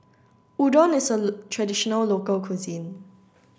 Udon is a traditional local cuisine